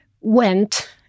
went